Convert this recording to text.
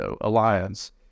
Alliance